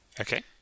okay